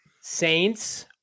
Saints